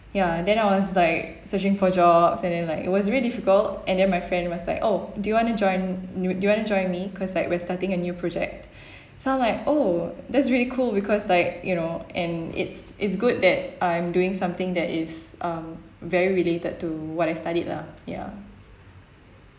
ya then I was like searching for jobs and then like it was really difficult and then my friend was like oh do you want to join d~ do you want to join me cause like we are starting a new project so I'm like oh that's really cool because like you know and it's it's good that I'm doing something that is um very related to what I studied lah ya